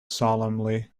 solemnly